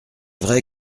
vrai